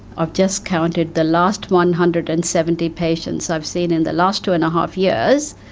i've just counted the last one hundred and seventy patients i've seen in the last two and a half years,